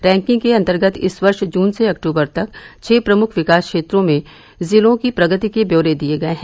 ranking के अंतर्गत इस वर्ष जून से अक्टूबर तक छह प्रमुख विकास क्षेत्रों में जिलों की प्रगति के ब्यौरे दिए गए हैं